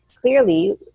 clearly